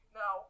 no